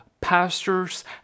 pastors